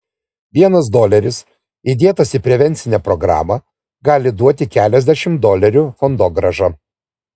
vienas doleris įdėtas į prevencinę programą gali duoti keliasdešimt dolerių fondogrąžą